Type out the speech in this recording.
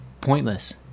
pointless